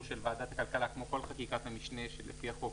של ועדת הכלכלה; כמו כל חקיקת המשנה שלפי החוק,